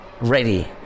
ready